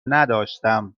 نداشتم